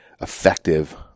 effective